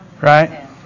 right